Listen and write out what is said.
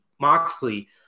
Moxley